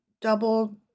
double